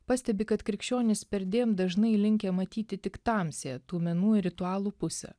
pastebi kad krikščionys perdėm dažnai linkę matyti tik tamsiąją tų menų ir ritualų pusę